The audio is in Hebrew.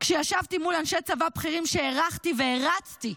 כשישבתי מול אנשי צבא בכירים שהערכתי והערצתי,